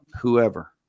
whoever